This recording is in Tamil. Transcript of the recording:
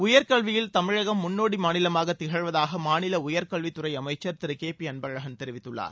உயர்கல்வியில் தமிழகம் முன்னோடி மாநிலமாக திகழ்வதாக மாநில உயர்கல்வித்துறை அமைச்சர் திரு கே பி அன்பழகன் தெரிவித்துள்ளார்